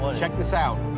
check this out.